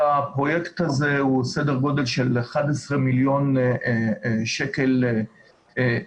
הפרויקט הזה הוא סדר גודל של 11 מיליון שקל בשנה.